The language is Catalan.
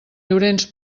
llorenç